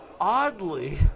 oddly